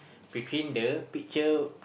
between the picture